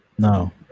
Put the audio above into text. No